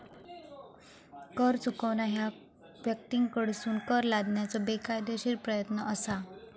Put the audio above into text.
कर चुकवणा ह्या व्यक्तींकडसून कर लादण्याचो बेकायदेशीर प्रयत्न असा